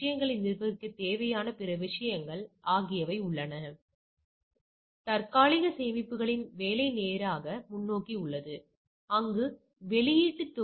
2 ஹெடிரோசைகோட்களுக்கு இடையில் நடந்த ஒரு பண்பு கலப்பில் A இன் புறத்தோற்ற விகிதம் 85 மற்றும் சிறிய a வகைக்கு 15 இதுதான் விகிதங்கள்